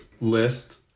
list